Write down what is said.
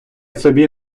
собі